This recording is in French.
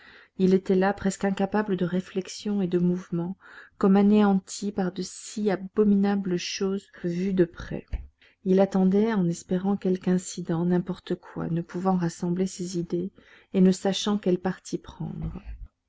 il était là presque incapable de réflexion et de mouvement comme anéanti par de si abominables choses vues de près il attendait espérant quelque incident n'importe quoi ne pouvant rassembler ses idées et ne sachant quel parti prendre